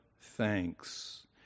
thanks